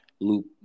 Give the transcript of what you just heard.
loop